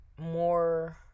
more